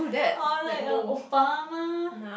uh like uh Obama